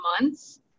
months